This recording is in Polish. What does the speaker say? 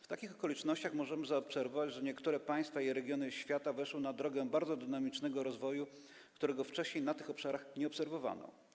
W takich okolicznościach możemy zaobserwować, że niektóre państwa i regiony świata weszły na drogę bardzo dynamicznego rozwoju, którego wcześniej na tych obszarach nie obserwowano.